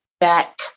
back